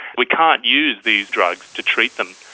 we can't use these drugs to treat them.